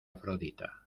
afrodita